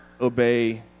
obey